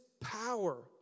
power